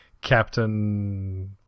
Captain